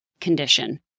condition